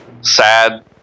sad